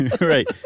Right